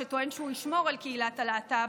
שטוען שהוא ישמור על קהילת הלהט"ב,